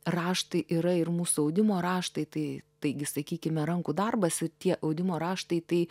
raštai yra ir mūsų audimo raštai tai taigi sakykime rankų darbas tie audimo raštai tai